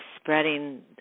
spreading